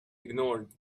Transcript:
ignored